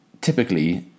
typically